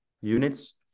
units